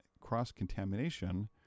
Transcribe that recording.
cross-contamination